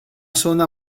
zona